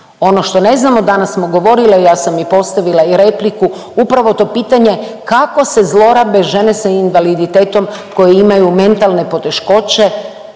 Ono što ne znamo, danas smo govorile, ja sam i postavila i repliku, upravo to pitanje kako se zlorabe žene sa invaliditetom koje imaju mentalne poteškoće,